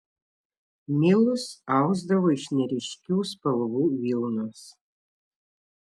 milus ausdavo iš neryškių spalvų vilnos